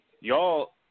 y'all